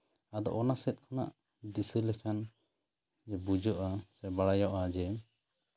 ᱟᱫᱚ ᱚᱱᱟ ᱥᱮᱫ ᱠᱷᱚᱱᱟᱜ ᱫᱤᱥᱟᱹ ᱞᱮᱠᱷᱟᱱ ᱵᱩᱡᱷᱟᱹᱜᱼᱟ ᱥᱮ ᱵᱟᱲᱟᱭᱚᱜᱼᱟ ᱡᱮ